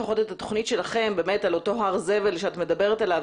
לפחות את התוכנית שלכם על אותו הר זבל שאת מדברת עליו,